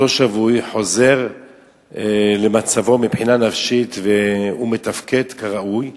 אותו שבוי חוזר למצבו מבחינה נפשית והוא מתפקד כראוי,